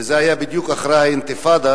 וזה היה בדיוק אחרי האינתיפאדה.